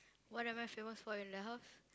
what am I famous for in the house